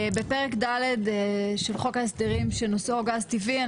בפרק ד של חוק ההסדרים שנושאו גז טבעי,